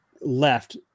left